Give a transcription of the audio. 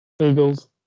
Eagles